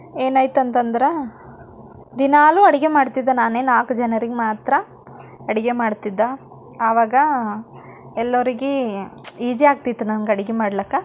ಏನಾಯ್ತಂತಂದ್ರೆ ದಿನಾಗ್ಲೂ ಅಡುಗೆ ಮಾಡ್ತಿದ್ದ ನಾನೇ ನಾಲ್ಕು ಜನರಿಗೆ ಮಾತ್ರ ಅಡುಗೆ ಮಾಡ್ತಿದ್ದ ಆವಾಗ ಎಲ್ಲರಿಗೆ ಈಜಿಯಾಗ್ತಿತ್ತು ನನಗೆ ಅಡುಗೆ ಮಾಡ್ಲಿಕ್ಕೆ